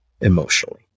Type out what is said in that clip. emotionally